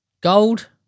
Gold